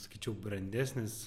sakyčiau brandesnis